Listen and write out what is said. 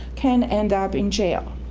can end up in jail.